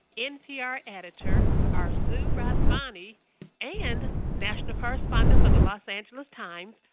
npr editor arezou rezvani and national correspondent for the los angeles times,